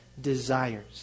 desires